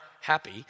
happy